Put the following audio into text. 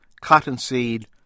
cottonseed